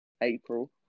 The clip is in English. April